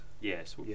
yes